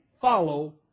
follow